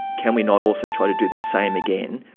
can we not also try to do the same again,